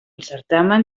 certamen